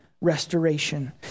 restoration